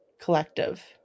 collective